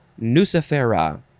Nucifera